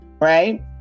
right